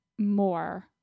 more